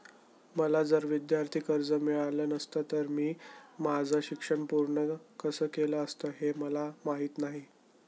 मला जर विद्यार्थी कर्ज मिळालं नसतं तर मी माझं शिक्षण पूर्ण कसं केलं असतं, हे मला माहीत नाही